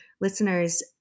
listeners